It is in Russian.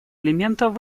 элементов